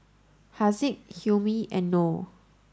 Haziq Hilmi and Noh